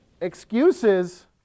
excuses